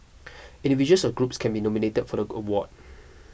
individuals or groups can be nominated for the go award